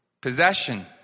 possession